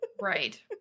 Right